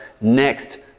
next